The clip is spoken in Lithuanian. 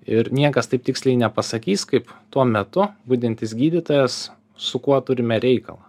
ir niekas taip tiksliai nepasakys kaip tuo metu budintis gydytojas su kuo turime reikalą